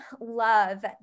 love